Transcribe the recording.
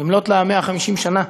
במלאות לה 150 שנה,